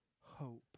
hope